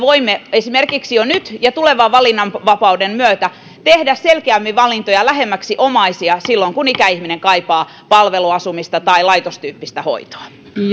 voimme jo nyt ja tulevan valinnanvapauden myötä tehdä selkeämmin valintoja lähemmäksi omaisia silloin kun ikäihminen kaipaa palveluasumista tai laitostyyppistä hoitoa